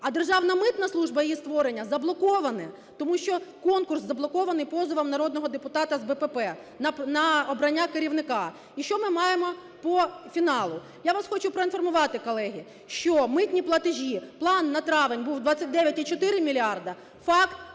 а Державна митна служба, її створення заблоковане. Тому що конкурс заблокований позовом народного депутата з БПП на обрання керівника. І що ми маємо по фіналу. Я вас хочу проінформувати, колеги, що митні платежі: план на травень був 29,4 мільярди, факт